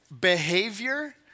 behavior